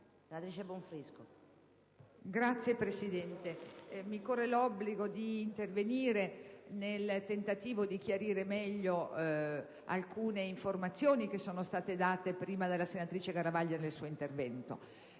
Signora Presidente, mi corre l'obbligo di intervenire nel tentativo di chiarire meglio alcune informazioni che sono state poc'anzi fornite dalla senatrice Mariapia Garavaglia nel suo intervento.